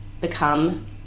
become